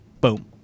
Boom